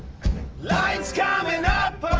lights coming up